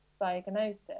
diagnosis